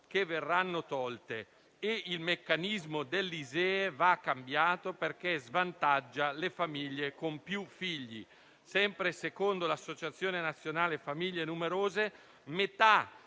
che verranno tolte e il meccanismo dell'ISEE va cambiato perché svantaggia le famiglie con più figli. Sempre secondo tale Associazione, metà delle famiglie numerose dovrà